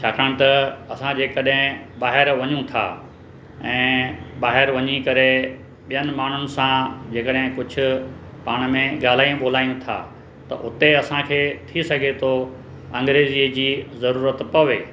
छाकाणि त असां जेकॾहिं ॿाहिरि वञूं था ऐं ॿाहिरि वञी करे ॿियनि माण्हुनि सां जेकॾहिं कुझु पाण में ॻाल्हायूं ॿोलायूं था त उते असांखे थी सघे थो अंग्रज़ीअ जी ज़रूरत पवे